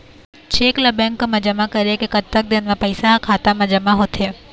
Cheque ला bank मा जमा करे के कतक दिन मा पैसा हा खाता मा जमा होथे थे?